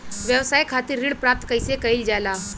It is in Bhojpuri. व्यवसाय खातिर ऋण प्राप्त कइसे कइल जाला?